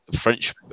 French